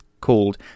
called